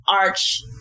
Arch